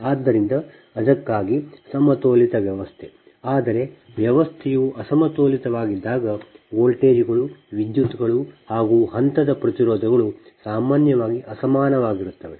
ಆದ್ದರಿಂದ ಅದಕ್ಕಾಗಿ ಸಮತೋಲಿತ ವ್ಯವಸ್ಥೆ ಆದರೆ ವ್ಯವಸ್ಥೆಯು ಅಸಮತೋಲಿತವಾಗಿದ್ದಾಗ ವೋಲ್ಟೇಜ್ಗಳು ವಿದ್ಯುತ್ಗಳು ಮತ್ತು ಹಂತದ ಪ್ರತಿರೋಧಗಳು ಸಾಮಾನ್ಯವಾಗಿ ಅಸಮಾನವಾಗಿರುತ್ತದೆ